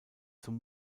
zum